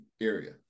area